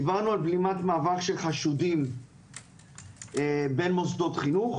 דיברנו על בלימת מעבר של חשודים בין מוסדות חינוך,